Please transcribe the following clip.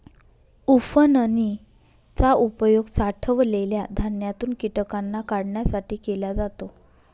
उफणनी चा उपयोग साठवलेल्या धान्यातून कीटकांना काढण्यासाठी केला जातो